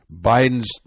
Biden's